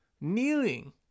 Kneeling